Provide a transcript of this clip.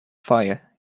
fire